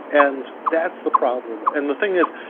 and that's the problem. and the thing is,